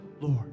Lord